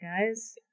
guys